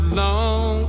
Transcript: long